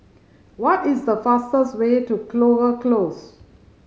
what is the fastest way to Clover Close